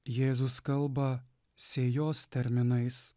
jėzus kalba sėjos terminais